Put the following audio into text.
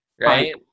Right